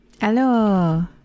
Hello